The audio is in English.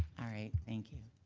all right, thank you.